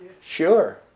Sure